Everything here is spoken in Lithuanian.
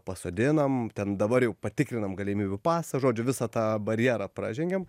pasodinam ten dabar jau patikrinam galimybių pasą žodžiu visą tą barjerą pražengiam